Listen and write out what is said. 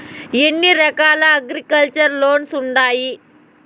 ఎన్ని రకాల agriculture loans ఉండాయి